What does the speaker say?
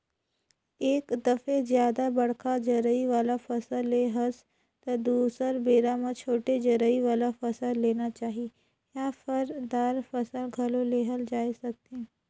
एक दफे जादा बड़का जरई वाला फसल ले हस त दुसर बेरा म छोटे जरई वाला फसल लेना चाही या फर, दार फसल घलो लेहल जाए सकथे